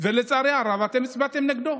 ולצערי הרב אתם הצבעתם נגדם,